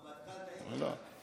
הרמטכ"ל, תעיר אותנו.